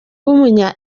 w’umunya